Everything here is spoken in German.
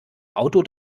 auto